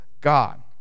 God